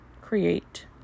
create